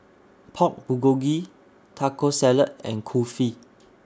Pork Bulgogi Taco Salad and Kulfi